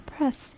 Press